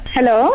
Hello